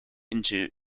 into